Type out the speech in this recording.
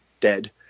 dead